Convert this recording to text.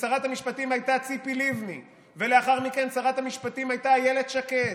כששרת המשפטים הייתה ציפי לבני ולאחר מכן שרת המשפטים הייתה אילת שקד,